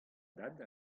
dad